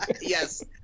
Yes